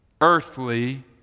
earthly